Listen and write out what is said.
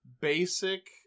basic